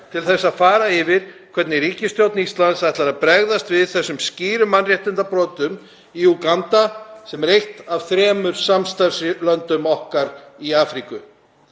til að fara yfir það hvernig ríkisstjórn Íslands ætlar að bregðast við þessum skýru mannréttindabrotum í Úganda, sem er eitt af þremur samstarfslöndum okkar í Afríku.